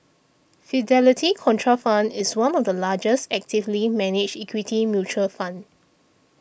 Fidelity Contrafund is one of the largest actively managed equity mutual fund